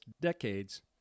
decades